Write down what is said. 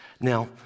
Now